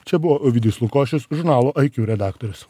čia buvo ovidijus lukošius žurnalo iq redaktorius